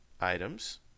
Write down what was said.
items